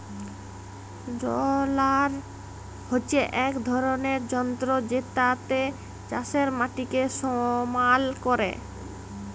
roller হচ্যে এক রকমের যন্ত্র জেতাতে চাষের মাটিকে সমাল ক্যরে